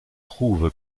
trouve